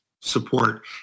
support